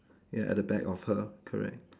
ya at the back of her correct